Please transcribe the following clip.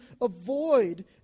avoid